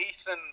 Ethan